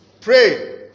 Pray